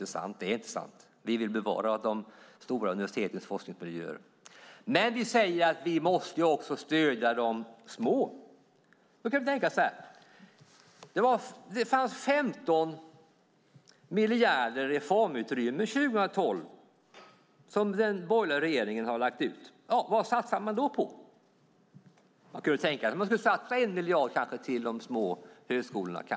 Det som här sagts är inte sant. Vi vill bevara de stora universitetens forskningsmiljöer. Däremot säger vi att vi också måste stödja de små universiteten. Man kan tänka så här: Det fanns 15 miljarder i reformutrymme för år 2012 - pengar som den borgerliga regeringen lagt ut. Vad satsar man då på? Man kunde tänka sig att det skulle satsas kanske 1 miljard kronor på de små högskolorna.